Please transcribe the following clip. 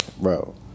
bro